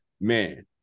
man